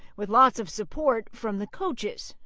with lots of support from the coaches.